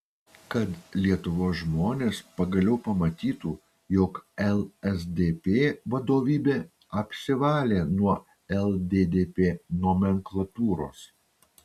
kad lietuvos žmonės pagaliau pamatytų jog lsdp vadovybė apsivalė nuo lddp nomenklatūros